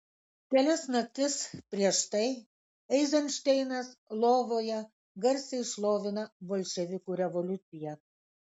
kelias naktis prieš tai eizenšteinas lovoje garsiai šlovina bolševikų revoliuciją